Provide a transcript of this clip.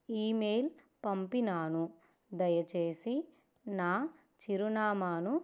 email పంపినాను దయచేసి నా చిరునామాను